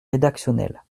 rédactionnel